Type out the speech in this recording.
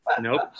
Nope